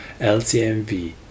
LCMV